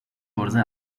عرضه